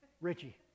Richie